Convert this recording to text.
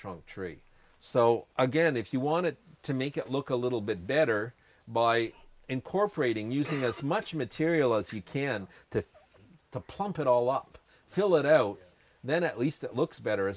trunk tree so again if you wanted to make it look a little bit better by incorporating using as much material as you can to plump it all up fill it out then at least it looks better